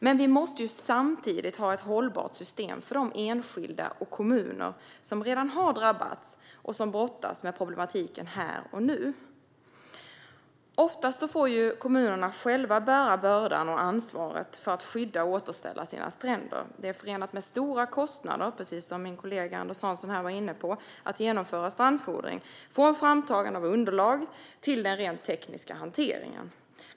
Men vi måste samtidigt ha ett hållbart system för de enskilda och kommuner som redan har drabbats och som brottas med problematiken här och nu. Oftast får kommunerna själva bära bördan och ansvaret för att skydda och återställa sina stränder. Precis som min kollega Anders Hansson var inne på är det förenat med stora kostnader att genomföra strandfodring, från framtagande av underlag till den rent tekniska hanteringen.